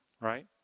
right